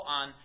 on